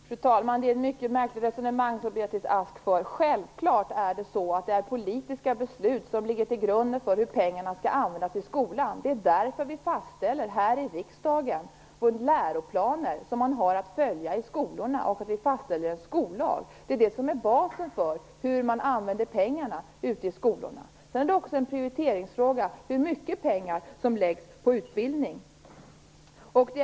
Fru talman! Det är ett mycket märkligt resonemang som Beatrice Ask för. Självfallet är det politiska beslut som ligger till grund för hur pengarna skall användas i skolan. Det är därför vi här i riksdagen fastställer läroplaner och en skollag som man har att följa i skolorna. Det är det som är basen för hur pengarna används ute i skolorna. Sedan är det också en prioriteringsfråga hur mycket pengar som läggs på utbildning.